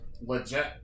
Legit